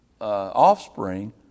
offspring